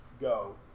go